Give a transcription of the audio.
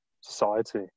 society